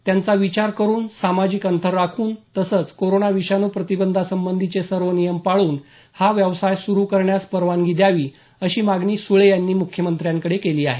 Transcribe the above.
त्यांचा विचार करुन सामाजिक अंतर राखून तसेच कोरोना विषाणू प्रतिबंधासंबंधीचे सर्व नियम पाळून हा व्यवसाय सुरू करण्यास परवानगी द्यावी अशी मागणी सुळे यांनी मुख्यमंत्र्यांकडे केली आहे